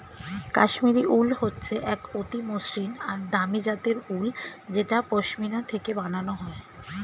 কাশ্মীরি উল হচ্ছে এক অতি মসৃন আর দামি জাতের উল যেটা পশমিনা থেকে বানানো হয়